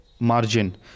Margin